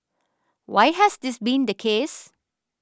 why has this been the case